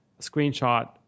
screenshot